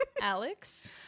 Alex